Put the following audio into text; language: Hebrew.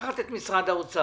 לקחת את משרד האוצר,